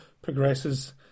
progresses